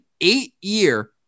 eight-year